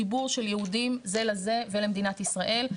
חיבור של יהודים זה לזה ולמדינת ישראל.